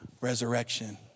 resurrection